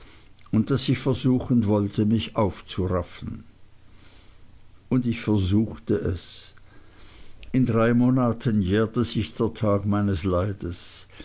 und daß ich versuchen wollte mich aufzuraffen und ich versuchte es in drei monaten jährte sich der tag meines leides